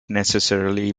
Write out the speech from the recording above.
necessarily